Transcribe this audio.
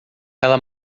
ela